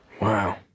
Wow